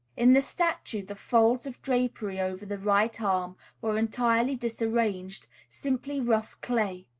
in the statue the folds of drapery over the right arm were entirely disarranged, simply rough clay.